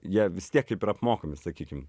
jie vis tiek kaip ir apmokami sakykim